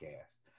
cast